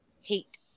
Hate